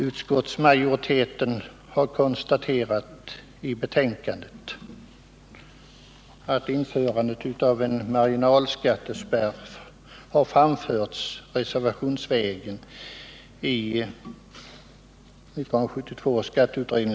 Utskottsmajoriteten har i betänkandet konstaterat att tanken på införandet av en marginalskattespärr har framförts reservationsvägen i 1972 års skatteutredning.